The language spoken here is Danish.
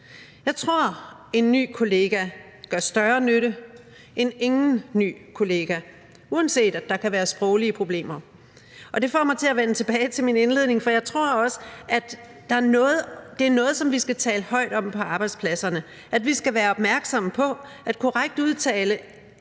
Jeg tror, at en ny kollega gør større nytte end ingen ny kollega, uanset at der kan være sproglige problemer. Det får mig til at vende tilbage til min indledning, for jeg tror også, at det er noget, som vi skal tale højt om på arbejdspladserne. Vi skal være opmærksomme på, at korrekt udtale